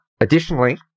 Additionally